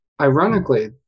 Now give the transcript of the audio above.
ironically